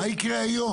מה יקרה היום?